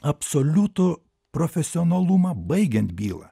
absoliutų profesionalumą baigiant bylą